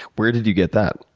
where did you get that?